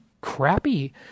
crappy